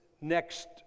next